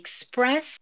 express